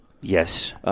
Yes